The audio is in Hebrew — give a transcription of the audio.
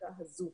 לבדיקה הזאת.